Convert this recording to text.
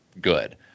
good